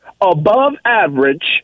above-average